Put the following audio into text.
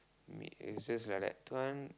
meet is just like that two thousand